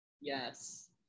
Yes